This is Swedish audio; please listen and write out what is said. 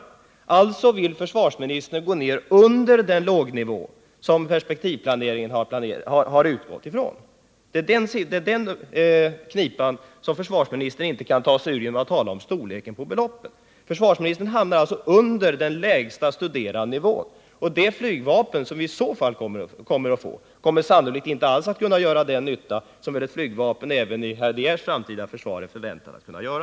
I realiteten innebär detta att försvarsministern utgår från en nivå under den lågnivå som perspektivplaneringen har utgått ifrån. Det är den knipan som försvarsministern inte kan ta sig ur. Försvarsministern hamnar alltså under den lägsta studerade nivån. Det flygvapen, som vi i så fall får, kommer sannolikt inte alls att kunna göra den nytta som ett flygvapen även i herr De Geers framtida försvar förväntas göra.